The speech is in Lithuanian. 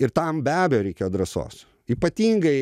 ir tam be abejo reikėjo drąsos ypatingai